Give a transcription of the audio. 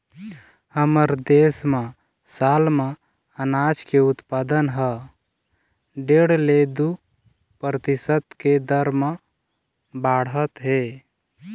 हमर देश म साल म अनाज के उत्पादन ह डेढ़ ले दू परतिसत के दर म बाढ़त हे